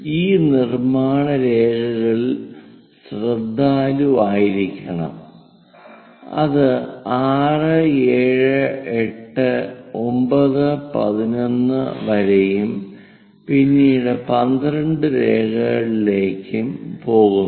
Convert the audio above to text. ഈ നിർമ്മാണ രേഖകളിൽ ശ്രദ്ധാലുവായിരിക്കണം അത് 6 7 8 9 11 വരെയും പിന്നീട് 12 രേഖകളിലേക്കും പോകുന്നു